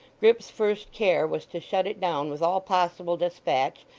grip's first care was to shut it down with all possible despatch,